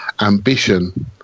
ambition